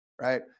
right